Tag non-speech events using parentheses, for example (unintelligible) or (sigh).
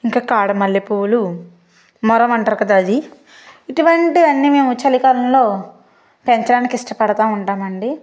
ఇంకా కాడ మల్లెపూలు (unintelligible) ఇటువంటి వన్నీ మేము చలికాలంలో పెంచడానికి ఇష్టపడుతూ ఉంటామండి